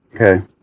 okay